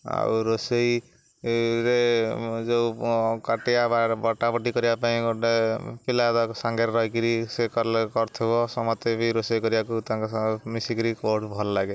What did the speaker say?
ଆଉ ରୋଷେଇରେ ଯେଉଁ କାଟିବା ବା ବଟାବଟି କରିବା ପାଇଁ ଗୋଟେ ପିଲା ଦ ସାଙ୍ଗରେ ରହିକିରି ସେ କଲେ କରିଥିବ ସମସ୍ତେ ବି ରୋଷେଇ କରିବାକୁ ତାଙ୍କ ସହ ମିଶିକିରି କେଉଁଆଡ଼ୁ ଭଲ ଲାଗେ